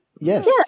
Yes